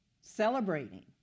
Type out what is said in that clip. celebrating